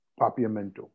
Papiamento